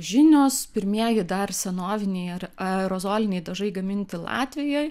žinios pirmieji dar senoviniai ar aerozoliniai dažai gaminti latvijoj